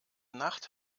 nacht